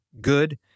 good